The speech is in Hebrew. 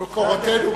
למקורותינו,